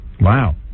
Wow